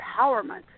empowerment